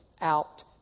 out